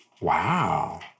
Wow